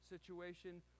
situation